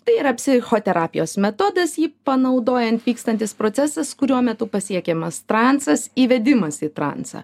tai yra psichoterapijos metodas jį panaudojant vykstantis procesas kurio metu pasiekiamas transas įvedimas į transą